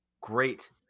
great